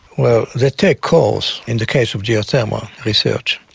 well, they take cores in the case of geothermal research,